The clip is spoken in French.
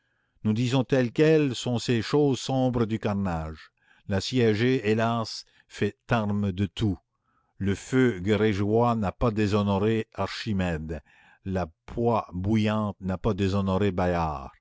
nous disons telles qu'elles sont ces choses sombres du carnage l'assiégé hélas fait arme de tout le feu grégeois n'a pas déshonoré archimède la poix bouillante n'a pas déshonoré bayard